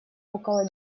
около